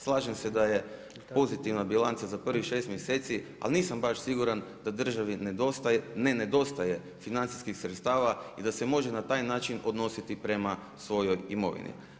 Slažem se da je pozitivna bilanca za prvih 6 mjeseci, ali nisam baš siguran da državi nedostaje, ne nedostaje financijskih sredstava i da se može na taj način odnositi prema svojoj imovini.